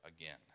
again